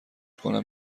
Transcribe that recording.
کنم